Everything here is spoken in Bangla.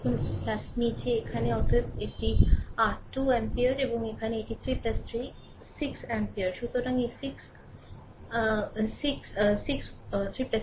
দেখুন নীচে এখানে অতএব এটি r 2 অ্যাম্পিয়ার এবং এখানে এটি 3 3 6 Ω